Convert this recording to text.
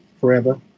forever